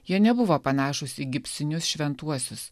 jie nebuvo panašūs į gipsinius šventuosius